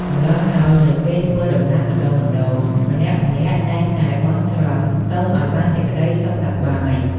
ម៉្លោះហើយនៅពេលធ្វើដំណើរម្ដងៗ ម្នាក់ៗតែងតែបន់ស្រន់ សុំឲ្យបានសេចក្ដីសុខសប្បាយ